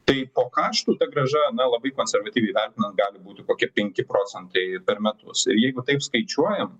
tai po kaštų ta grąža na labai konservatyviai vertinant gali būti kokie penki procentai per metus ir jeigu taip skaičiuojam